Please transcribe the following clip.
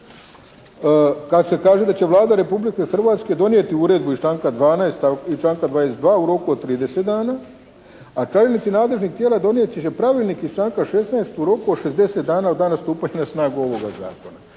kad se kaže da će Vlada Republike Hrvatske donijeti uredbu iz članka 12. i članka 22. u roku od 30 dana, a čelnici nadležnih tijela donijeti će pravilnik iz članka 16. u roku od 60 dana od dana stupanja na snagu ovoga zakona.